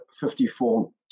54